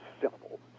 simple